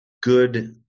good